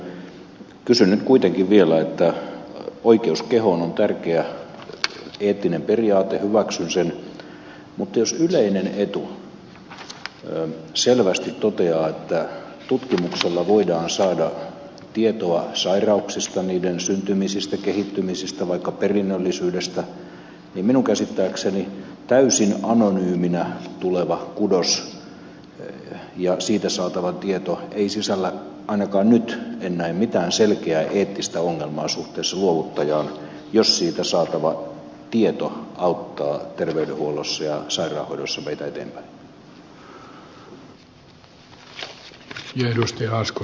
totean nyt kuitenkin vielä että oikeus kehoon on tärkeä eettinen periaate hyväksyn sen mutta jos yleinen etu selvästi toteaa että tutkimuksella voidaan saada tietoa sairauksista niiden syntymisestä kehittymisestä vaikka perinnöllisyydestä niin minun käsittääkseni täysin anonyyminä tuleva kudos ja siitä saatava tieto ei sisällä ainakaan nyt en näe mitään selkeää eettistä ongelmaa suhteessa luovuttajaan jos siitä saatava tieto auttaa terveydenhuollossa ja sairaanhoidossa meitä eteenpäin